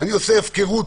אני עושה הפקרות,